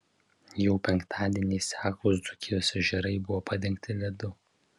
jau penktadienį seklūs dzūkijos ežerai buvo padengti ledu